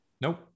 Nope